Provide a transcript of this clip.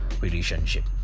relationship